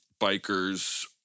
bikers